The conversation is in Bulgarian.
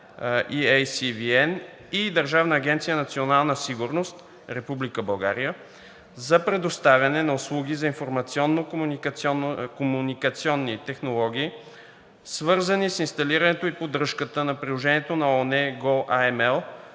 и Държавна агенция „Национална сигурност“ – Република България, за предоставяне на услуги за информационно-комуникационни технологии, свързани с инсталирането и поддръжката на приложението на ООН